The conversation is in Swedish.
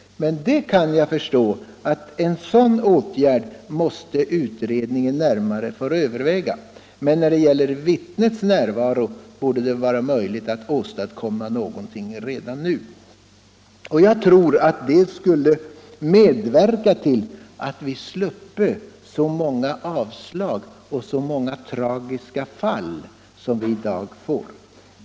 Men jag kan förstå att en sådan åtgärd måste utredningen närmare få överväga. När det gäller vittnes närvaro borde det emellertid vara möjligt att åstadkomma något redan nu. Jag tror att det skulle medverka till att vi slapp så många avslag och så många tragiska fall som vi i dag får.